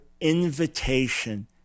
invitation